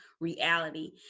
reality